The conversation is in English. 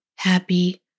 happy